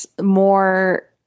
more